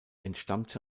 entstammte